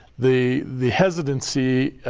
the the hesitancy